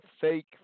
fake